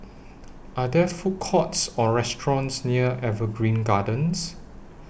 Are There Food Courts Or restaurants near Evergreen Gardens